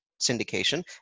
syndication